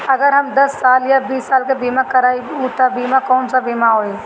अगर हम दस साल या बिस साल के बिमा करबइम त ऊ बिमा कौन सा बिमा होई?